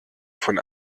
von